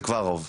זה כבר הרוב.